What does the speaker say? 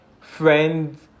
friends